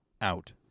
out